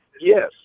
Yes